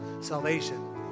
salvation